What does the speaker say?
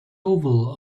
oval